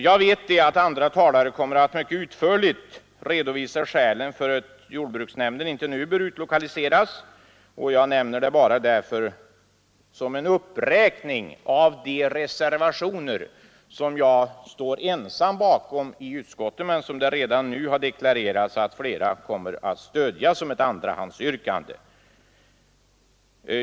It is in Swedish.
Jag vet att andra talare mycket utförligt kommer att redovisa skälen för att jordbruksnämnden inte nu bör utlokaliseras, och jag nämner därför bara saken som en uppräkning av de reservationer som jag står ensam bakom i utskottet men som flera andra har deklarerat att de kommer att stödja som ett andrahandsyrkande.